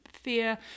fear